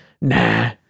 nah